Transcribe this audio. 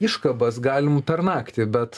iškabas galim per naktį bet